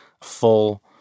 full